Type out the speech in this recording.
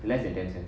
less than ten cents